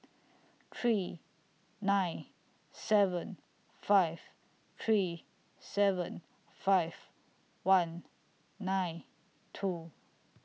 three nine seven five three seven five one nine two